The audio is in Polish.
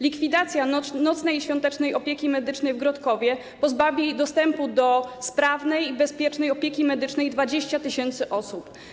Likwidacja nocnej i świątecznej opieki medycznej w Grodkowie pozbawi dostępu do sprawnej i bezpiecznej opieki medycznej 20 tys. osób.